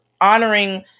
honoring